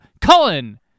Cullen